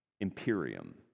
Imperium